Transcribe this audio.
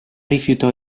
rifiutò